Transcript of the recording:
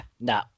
no